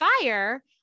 fire